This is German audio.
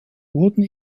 wurden